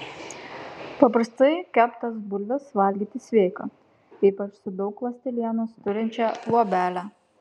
paprastai keptas bulves valgyti sveika ypač su daug ląstelienos turinčia luobele